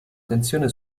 tensione